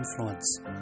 Influence